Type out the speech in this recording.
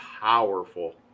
powerful